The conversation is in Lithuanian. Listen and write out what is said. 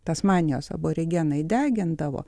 tasmanijos aborigenai degindavo